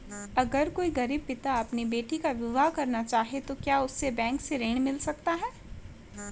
अगर कोई गरीब पिता अपनी बेटी का विवाह करना चाहे तो क्या उसे बैंक से ऋण मिल सकता है?